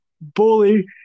bully